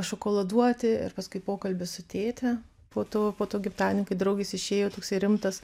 šokoladuoti ir paskui pokalbis su tėte po to po to gimtadienio kai draugės išėjo toksai rimtas